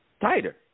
tighter